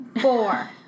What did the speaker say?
Four